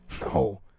No